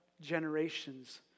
generations